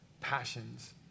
passions